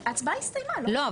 ההצבעה הסתיימה, לא?